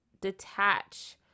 detach